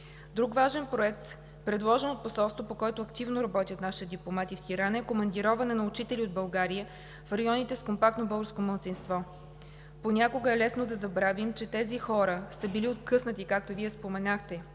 Друг важен проект, предложен от посолството, по който активно работят нашите дипломати в Тирана, е командироване на учители от България в районите с компактно българско малцинство. Понякога е лесно да забравим, че тези хора са били откъснати, както Вие споменахте